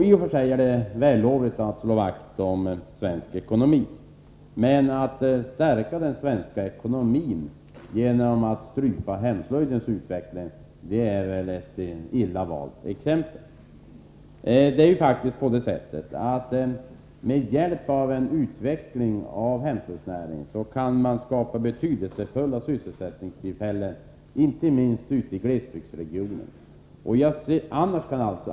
I och för sig är det vällovligt att göra det, men att stärka den svenska ekonomin genom att strypa hemslöjdens utveckling är väl ett illa valt exempel. Med hjälp av en utveckling av hemslöjdsnäringen kan man faktiskt skapa betydelsefulla sysselsättningstillfällen, inte minst ute i glesbygdsregionerna.